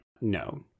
no